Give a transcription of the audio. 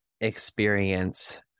experience